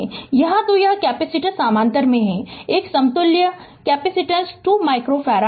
तो यहाँ तो यह कैपेसिटर समानांतर में हैं एक समतुल्य केपेसिटेनस 2 माइक्रोफ़ारड है